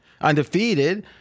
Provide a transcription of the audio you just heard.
Undefeated